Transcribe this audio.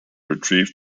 retrieve